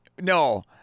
No